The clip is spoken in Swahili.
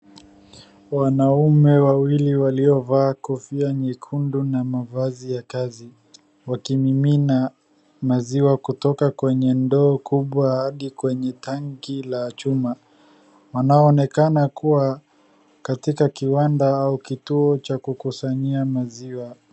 Wanaume wawili waliovaa kofia nyekundu na mavazi ya kazi wakimimina kutoka kwenye ndoo kubwa hadi kwenye tanki la chuma. Wanaonekana kuwa katika kiwanda au kituo cha kukusanyia maziwa.